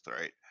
right